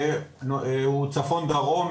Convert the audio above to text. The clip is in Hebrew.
שהוא צפון דרום,